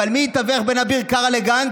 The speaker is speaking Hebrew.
אבל מי יתווך בין אביר קארה לגנץ?